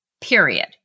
period